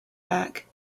back